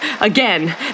Again